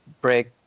break